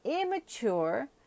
immature